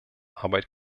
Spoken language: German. arbeit